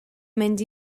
mynd